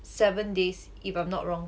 seven days if I'm not wrong